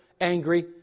angry